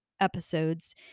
Episodes